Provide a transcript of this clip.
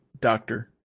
doctor